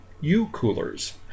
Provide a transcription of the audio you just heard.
u-coolers